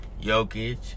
Jokic